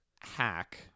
hack